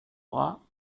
bras